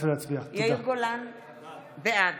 בעד